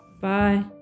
Bye